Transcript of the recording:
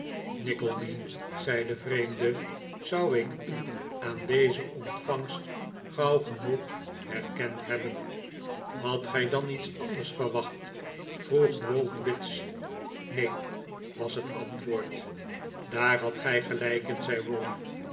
nickleby zei de vreemde zou ik u aan deze ontvangst gauw genoeg herkend hebben hadt gij dan iets anders verwacht vroeg ralph bits neen was het antwoord daar hadt gij gelijk in zei